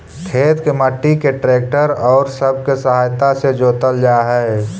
खेत के मट्टी के ट्रैक्टर औउर सब के सहायता से जोतल जा हई